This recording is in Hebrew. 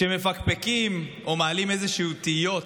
שמפקפקים או מעלים איזשהן תהיות